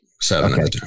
Seven